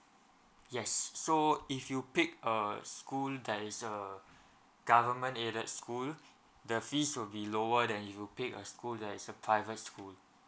yes so if you pick a school that is a government aided school the fees will be lower than you pick a school that is a private school